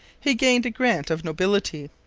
he gained a grant of nobility.